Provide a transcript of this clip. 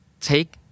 take